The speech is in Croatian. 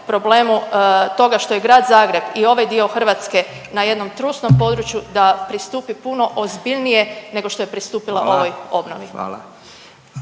problemu toga što je grad Zagreb i ovaj dio Hrvatske na jednom trusnom području, da pristupi puno ozbiljnije nego što je pristupila …/Upadica